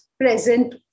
present